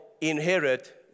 inherit